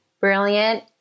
brilliant